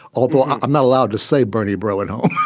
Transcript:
although i'm not allowed to say bernie bro at home.